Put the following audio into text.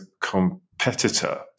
competitor